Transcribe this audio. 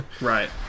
Right